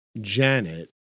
Janet